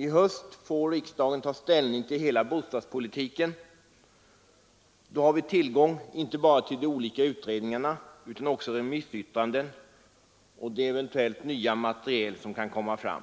I höst kommer riksdagen att få ta ställning till hela bostadspolitiken, och då har vi tillgång till inte bara de olika utredningarna utan också till remissyttranden och det eventuella nya material som kan komma fram.